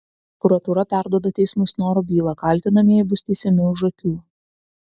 prokuratūra perduoda teismui snoro bylą kaltinamieji bus teisiami už akių